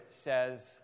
says